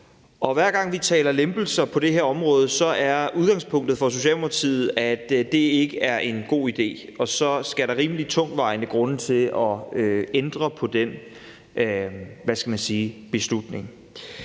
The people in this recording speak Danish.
Hver gang vi taler lempelser på det her område, er udgangspunktet for Socialdemokratiet, at det ikke er en god idé, og så skal der rimelig tungtvejende grunde til at ændre på den beslutning.